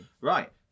right